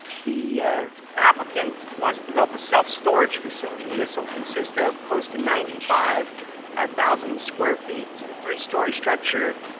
the applicant wants to develop a self storage facility. and this will consist of close to ninety five thousand square feet, three story structure,